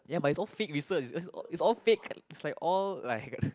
ya but is all fake research is is all fake is like all like